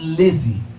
lazy